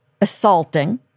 assaulting